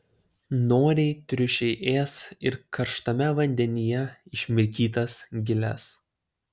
noriai triušiai ės ir karštame vandenyje išmirkytas giles